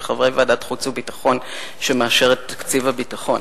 וחברי ועדת החוץ והביטחון שמאשרת את תקציב הביטחון.